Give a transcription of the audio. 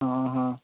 ହଁ ହଁ